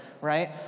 right